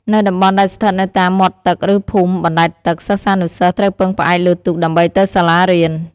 នៅតំបន់ដែលស្ថិតនៅតាមមាត់ទឹកឬភូមិបណ្តែតទឹក សិស្សានុសិស្សត្រូវពឹងផ្អែកលើទូកដើម្បីទៅសាលារៀន។